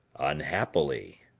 unhappily,